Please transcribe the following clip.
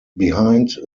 behind